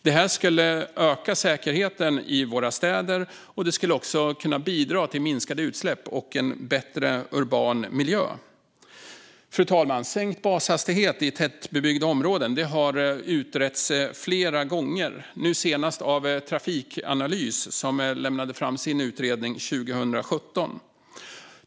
Detta skulle öka säkerheten i våra städer, och det skulle också kunna bidra till minskade utsläpp och en bättre urban miljö. Fru talman! Sänkt bashastighet i tätbebyggda områden har utretts flera gånger. Senast av Trafikanalys, som lade fram sin utredning 2017.